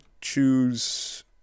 choose